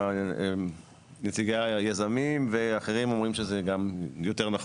נציגי היזמים ואחרים אומרים שזה גם יותר נכון.